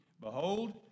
Behold